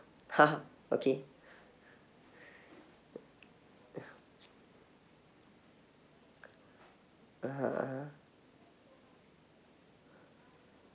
okay (uh huh) (uh huh)